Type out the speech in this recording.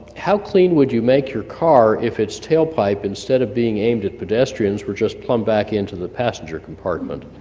how clean would you make your car if its tailpipe instead of being aimed at pedestrians were just plumbed back into the passenger compartment?